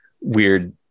weird